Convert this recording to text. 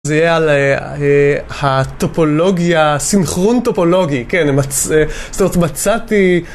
זה היה על הטופולוגיה, סינכרון טופולוגי, כן, זאת אומרת מצאתי